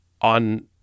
on